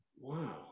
Wow